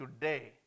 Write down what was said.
today